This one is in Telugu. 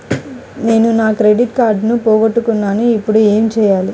నేను నా క్రెడిట్ కార్డును పోగొట్టుకున్నాను ఇపుడు ఏం చేయాలి?